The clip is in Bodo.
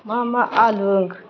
मा मा आलु